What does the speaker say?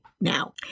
now